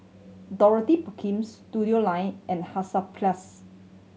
Dorothy Perkims and Hansaplast